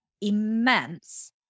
immense